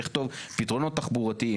אני חושב שלכתוב פתרונות תחבורתיים